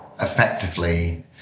effectively